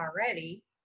already